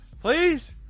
please